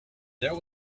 there